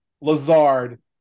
Lazard